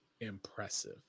impressive